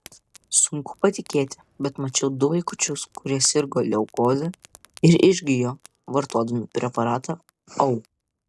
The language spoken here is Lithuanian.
sunku patikėti bet mačiau du vaikučius kurie sirgo leukoze ir išgijo vartodami preparatą au